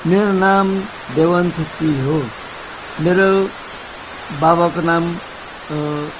मेरो नाम देवान छेत्री हो मेरो बाबाको नाम